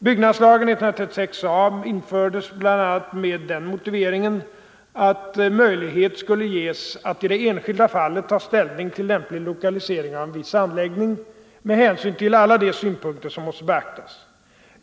Byggnadslagens 136 a § infördes med bl.a. den motiveringen att möjlighet skulle ges att i det enskilda fallet ta ställning till lämplig lokalisering av en viss anläggning med hänsyn till alla de synpunkter som måste beaktas.